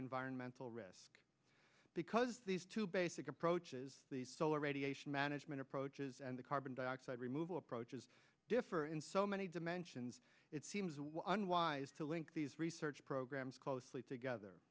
environmental risk because these two basic approaches these solar radiation management approaches and the carbon dioxide removal approaches differ in so many dimensions it seems unwise to link these research programs closely together